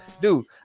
Dude